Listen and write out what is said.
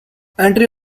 entry